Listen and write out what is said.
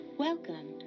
Welcome